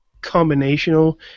combinational